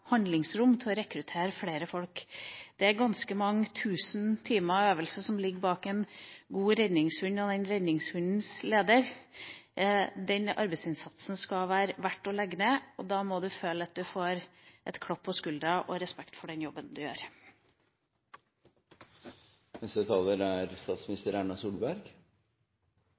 handlingsrom til å rekruttere flere folk. Det er ganske mange tusen timer med øvelse som ligger bak en god redningshund og redningshundens leder. Den arbeidsinnsatsen skal det være verd å legge ned. Man må føle at man får et klapp på skulderen og respekt for den jobben man gjør. Vi er